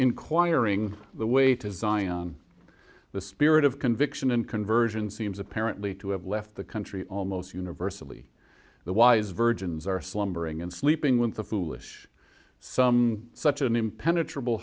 inquiring the way to zion the spirit of conviction in conversion seems apparently to have left the country almost universally the wise virgins are slumbering and sleeping with the foolish some such an impenetrable